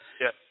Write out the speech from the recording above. Yes